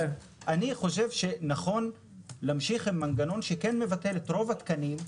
אני חושב שנכון להמשיך עם מנגנון שמבטל את רוב התקנים.